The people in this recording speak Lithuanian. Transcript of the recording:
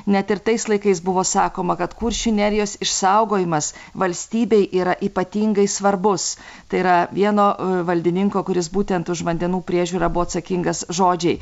net ir tais laikais buvo sakoma kad kuršių nerijos išsaugojimas valstybei yra ypatingai svarbus tai yra vieno valdininko kuris būtent už vandenų priežiūrą buvo atsakingas žodžiai